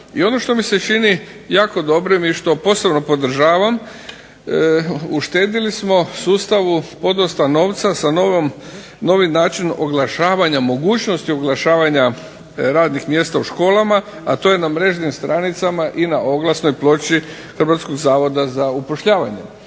I ono što mi se čini jako dobrim i što posebno podržavam, uštedili smo sustavu podosta novca sa novim načinom oglašavanja, mogućnosti oglašavanja radnih mjesta u školama, a to je na mrežnim stranicama i na oglasnoj ploči Hrvatskog zavoda za zapošljavanje.